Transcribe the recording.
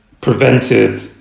prevented